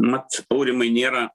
mat aurimai nėra